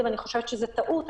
ואני חושבת שזו טעות,